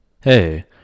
Hey